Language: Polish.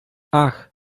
ach